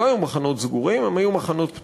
הם לא היו מחנות סגורים, הם היו מחנות פתוחים,